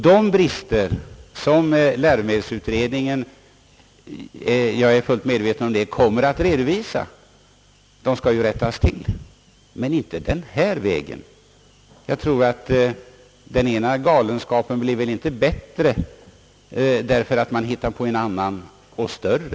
De brister som läromedelsutredningen — jag är fullt medveten om det — kommer att redovisa, skall ju rättas till. Men det skall inte ske på den här vägen. En galenskap blir väl inte bättre därför att man hittar på en annan och större.